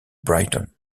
brighton